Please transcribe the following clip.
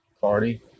Party